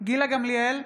גילה גמליאל,